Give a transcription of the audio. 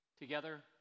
Together